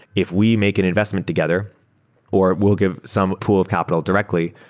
if we make an investment together or we'll give some pool capital directly,